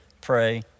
pray